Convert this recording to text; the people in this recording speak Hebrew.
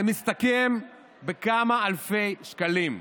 זה מסתכם בכמה אלפי שקלים.